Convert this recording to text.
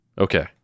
okay